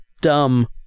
Dumb